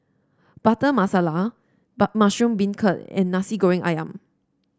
Butter Masala but Mushroom Beancurd and Nasi Goreng ayam